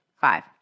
Five